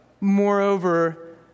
moreover